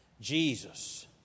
Jesus